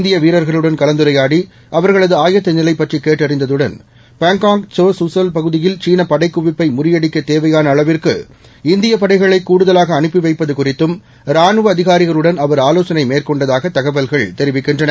இந்திய வீரர்களுடன் கலந்துரையாடி அவர்களது ஆயத்த நிலை பற்றிக் கேட்டறிந்ததுடன் பாங்கோங் சோ சூசுல் பகுதியில் சீன படைக் குவிப்பை முறியடிக்கத் தேவையான அளவிற்கு இந்தியப் படைகளை கூடுதலாக அனுப்பி வைப்பது குறித்தும் ராணுவ அதிகாரிகளுடன் அவர் மேற்கொண்டதாக ஆலோசனை தகவல்கள் தெரிவிக்கின்றன